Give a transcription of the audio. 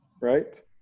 right